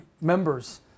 members